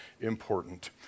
important